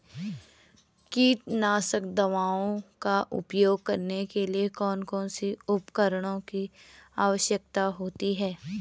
कीटनाशक दवाओं का उपयोग करने के लिए कौन कौन से उपकरणों की आवश्यकता होती है?